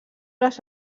les